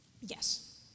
Yes